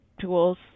tools